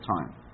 time